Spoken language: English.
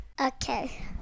Okay